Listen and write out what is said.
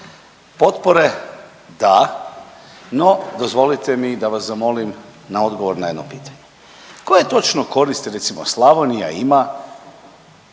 Potpore da, no dozvolite mi da vas zamolim na odgovor na jedno pitanje. Koje točno koristi, recimo, Slavonija ima